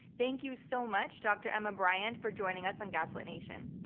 thank you so much, dr. emma briant, for joining us on gaslit nation.